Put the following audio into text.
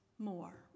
More